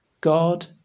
God